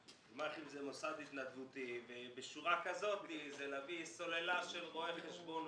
גמ"חים זה מוסד התנדבותי והפירוש של זה הוא להביא סוללה של רואי חשבון,